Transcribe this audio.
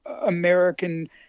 American